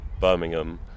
Birmingham